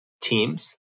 teams